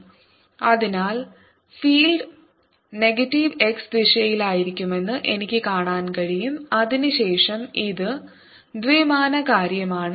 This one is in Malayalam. sPcosϕE P20 x അതിനാൽ ഫീൽഡ് നെഗറ്റീവ് x ദിശയിലായിരിക്കുമെന്ന് എനിക്ക് കാണാൻ കഴിയും അതിനുശേഷം ഇത് ദ്വിമാന കാര്യമാണ്